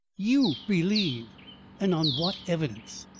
you believe and on what evidence?